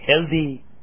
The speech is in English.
healthy